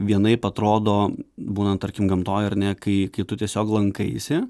vienaip atrodo būnant tarkim gamtoj ar ne kai kai tiesiog lankaisi